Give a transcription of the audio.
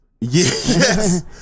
Yes